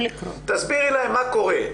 תסבירי להן מה קורה.